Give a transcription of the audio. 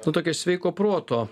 nu tokio sveiko proto